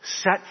set